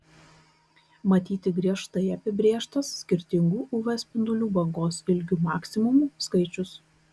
matyti griežtai apibrėžtas skirtingų uv spindulių bangos ilgių maksimumų skaičius